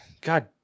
God